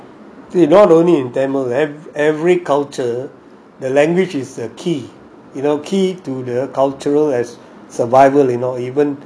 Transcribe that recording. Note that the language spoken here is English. not only in tamil every culture the language is the key you know key to the cultural the survival you know